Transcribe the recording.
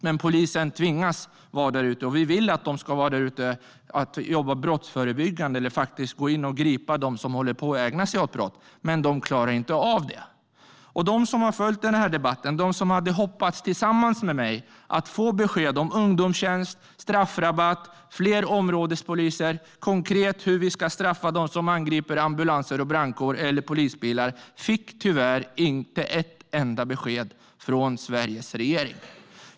Men polisen tvingas vara där ute, och vi vill att de ska vara där ute och jobba brottsförebyggande och faktiskt gripa dem som ägnar sig åt brott. Men de klarar inte av det. De som har följt den här debatten och tillsammans med mig hade hoppats få besked om ungdomstjänst, straffrabatt, fler områdespoliser och hur vi ska straffa dem som angriper ambulanser, brandkår och polisbilar fick tyvärr inte ett enda besked från Sveriges regering.